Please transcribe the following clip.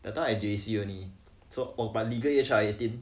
that time I J_C only so oh but legal age I eighteen